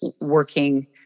working